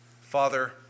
Father